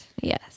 yes